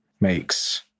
makes